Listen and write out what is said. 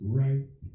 right